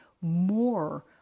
more